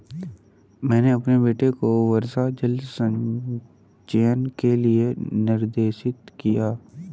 मैंने अपने बेटे को वर्षा जल संचयन के लिए निर्देशित किया